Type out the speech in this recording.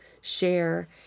share